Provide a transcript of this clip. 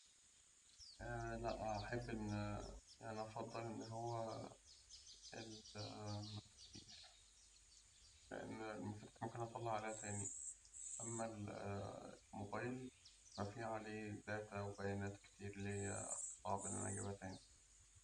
لأ هأحب إن هو أفضل المفاتيح، لأن المفاتيح ممكن أطلع عليها تاني، أم الموبايل ففيه عليه داتا وبيانات كتير ليا صعب إن أجيبها تاني.